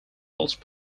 welsh